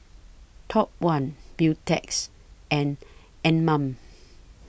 Top one Beautex and Anmum